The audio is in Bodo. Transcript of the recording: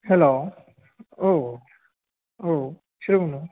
हेल' औ औ सोर बुंदों